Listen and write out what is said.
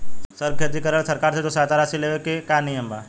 सर के खेती करेला सरकार से जो सहायता राशि लेवे के का नियम बा?